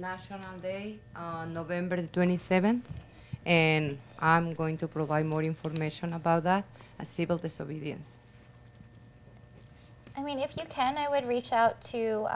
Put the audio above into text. national day on november twenty seventh and i'm going to provide more information about that a civil disobedience i mean if you can i would reach out to